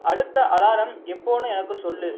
அடுத்த அலாரம் எப்போதுன்னு எனக்கு சொல்